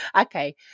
Okay